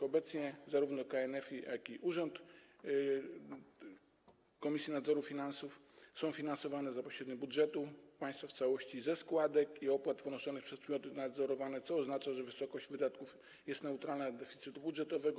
Obecnie zarówno KNF, jak i Urząd Komisji Nadzoru Finansowego są finansowane za pośrednictwem budżetu państwa w całości ze składek i opłat wnoszonych przed podmioty nadzorowane, co oznacza, że wysokość wydatków jest neutralna dla deficytu budżetowego.